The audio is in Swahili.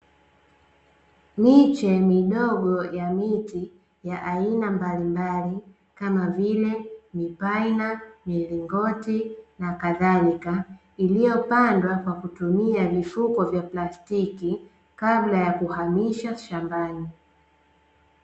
Miche midogo ya miti ya aina mbalimbali kama vile mipaina ,milingoti na kadhalika ,iliyopandwa kwa kutumia vifuko vya plastiki kabla ya kuhamisha shambani.